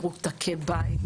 מרותקי הבית,